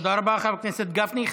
תודה רבה, חבר הכנסת גפני.